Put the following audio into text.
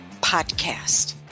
podcast